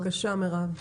בבקשה, מירב.